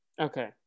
okay